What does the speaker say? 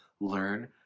learn